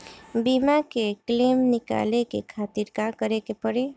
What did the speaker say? बीमा के क्लेम निकाले के खातिर का करे के पड़ी?